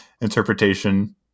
interpretation